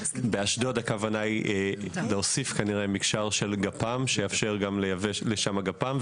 באשדוד הכוונה היא להוסיף כנראה מקשר של גפ"מ שיאפשר גם לייבא לשם גפ"מ.